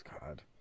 God